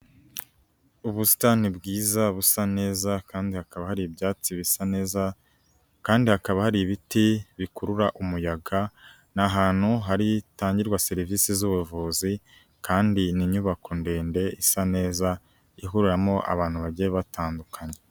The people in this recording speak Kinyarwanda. Ubusitani bwiza busa neza kandi hakaba hari ibyatsi bisa neza kandi hakaba hari ibiti bikurura umuyaga, ni ahantu haritangirwa serivisi z'ubuvuzi kandi ni inyubako ndende isa neza, ihuriramo abantu bagiye batandukanye.